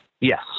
Yes